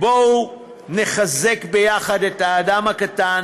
בואו נחזק ביחד את האדם הקטן,